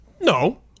No